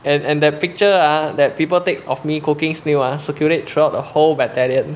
and and that picture ah that people take of me cooking snail ah circulate throughout the whole battalion